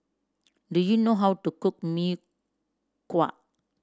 do you know how to cook Mee Kuah